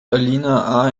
alina